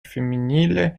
femminile